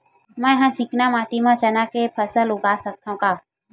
मै ह चिकना माटी म चना के फसल उगा सकथव का?